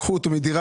לקחו אותו מדירה,